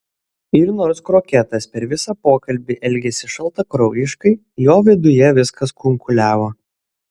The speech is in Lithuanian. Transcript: ir nors kroketas per visą pokalbį elgėsi šaltakraujiškai jo viduje viskas kunkuliavo